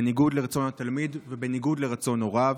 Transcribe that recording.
בניגוד לרצון התלמיד ובניגוד לרצון הוריו.